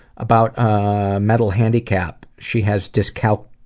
about ah mental handicap she has dyscalculia,